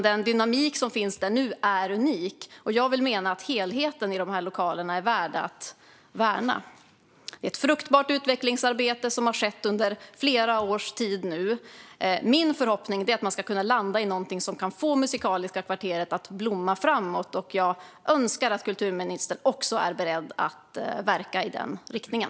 Den dynamik som råder där nu är unik, och jag menar att helheten i lokalerna är värd att värna. Ett fruktbart utvecklingsarbete har skett under flera års tid. Min förhoppning är att man ska landa i något som kan få Musikaliska kvarteret att blomma framåt, och jag önskar att kulturministern också är beredd att verka i den riktningen.